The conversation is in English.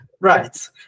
Right